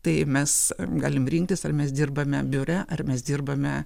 tai mes galim rinktis ar mes dirbame biure ar mes dirbame